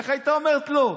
איך הייתה אומרת לו?